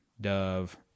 dove